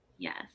yes